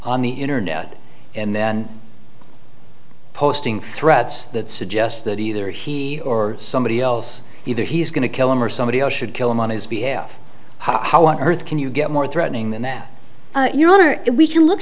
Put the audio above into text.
on the internet and then posting threats that suggests that either he or somebody else either he's going to kill them or somebody else should kill him on his behalf how on earth can you get more threatening than that your honor we can look